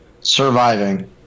Surviving